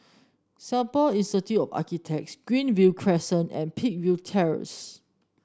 Singapore Institute of Architects Greenview Crescent and Peakville Terrace